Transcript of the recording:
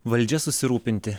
valdžia susirūpinti